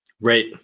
Right